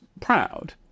proud